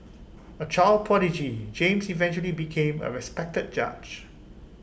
A child prodigy James eventually became A respected judge